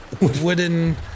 wooden